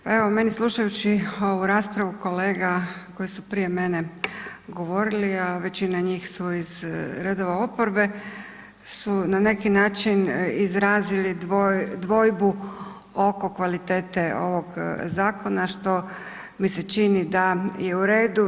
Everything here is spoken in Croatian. Pa evo meni slušajući ovu raspravu kolega koji su prije mene govorili a većina njih su iz redova oporbe su na neki način izrazili dvojbu oko kvalitete ovog zakona što mi se čini da je u redu.